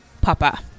Papa